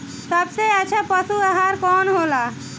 सबसे अच्छा पशु आहार कवन हो ला?